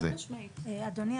אדוני,